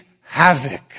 havoc